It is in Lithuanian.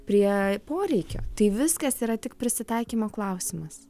prie poreikio tai viskas yra tik prisitaikymo klausimas